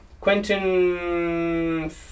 Quentin